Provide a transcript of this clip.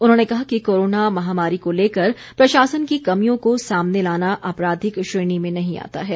उन्होंने कहा कि कोरोना महामारी को लेकर प्रशासन की कमियों को सामने लाना आपराधिक श्रेणी में नहीं आता है